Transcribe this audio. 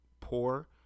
poor